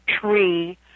tree